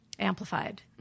amplified